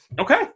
Okay